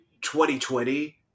2020